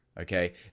okay